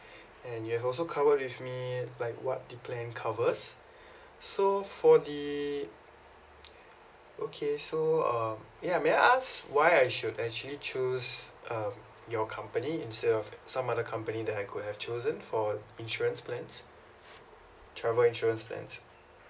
and you have also covered with me like what the plan covers so for the okay so um ya may I ask why I should actually choose um your company instead of some other company that I could have chosen for insurance plans travel insurance plans